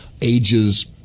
ages